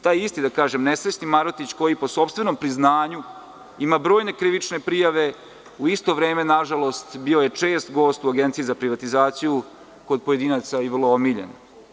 Taj isti nesvesni Marotić, koji po sopstvenom priznanju ima brojne krivične prijave, a u isto vreme nažalost, bio je čest gosta u Agenciji za privatizaciju, kod pojedinaca i vrlo omiljen.